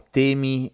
temi